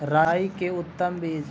राई के उतम बिज?